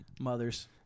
mothers